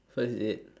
first date